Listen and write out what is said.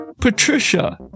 Patricia